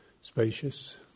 spacious